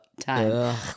time